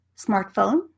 smartphone